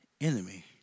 enemy